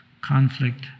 conflict